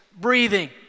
Breathing